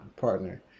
partner